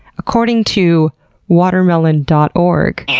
according to watermelon dot org,